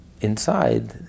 Inside